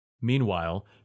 Meanwhile